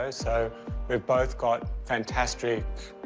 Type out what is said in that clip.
ah so we've both got fantastic,